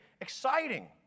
exciting